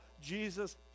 Jesus